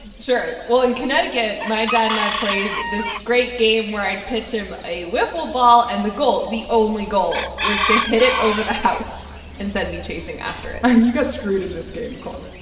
sure. well, in connecticut, my dad and i played this great game where i'd pitch him a wiffle ball, and the goal the only goal was to hit it over the house and send me chasing after it and you got screwed in this game, kwong.